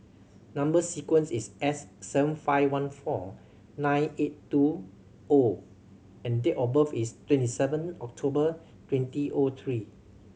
number sequence is S seven five one four nine eight two O and date of birth is twenty seven October twenty O three